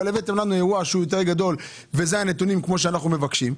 הבאתם לנו אירוע גדול יותר וזה הנתונים כפי שאנחנו מבקשים.